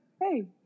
hey